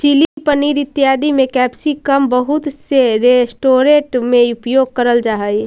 chilli paneer इत्यादि में capsicum बहुत से रेस्टोरेंट में उपयोग करल जा हई